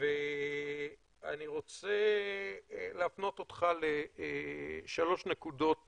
ואני רוצה להפנות אותך לשלוש נקודות